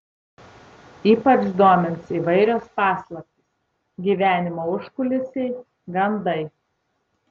ypač domins įvairios paslaptys gyvenimo užkulisiai gandai